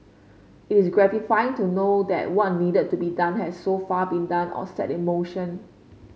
it is gratifying to know that what needed to be done has so far been done or set in motion